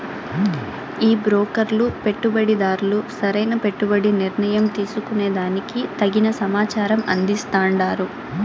ఈ బ్రోకర్లు పెట్టుబడిదార్లు సరైన పెట్టుబడి నిర్ణయం తీసుకునే దానికి తగిన సమాచారం అందిస్తాండారు